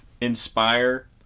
inspire